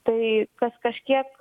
tai kas kažkiek